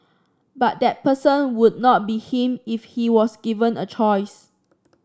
but that person would not be him if he was given a choice